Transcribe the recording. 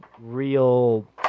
real